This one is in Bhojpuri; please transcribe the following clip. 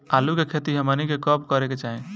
आलू की खेती हमनी के कब करें के चाही?